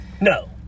No